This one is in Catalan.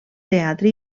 teatre